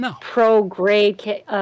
pro-grade